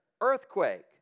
earthquake